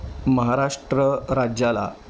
महाराष्ट्र राज्याला